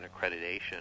accreditation